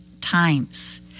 times